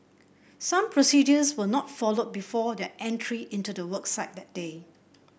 some procedures were not followed before their entry into the work site that day